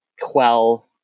quell